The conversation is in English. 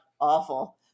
awful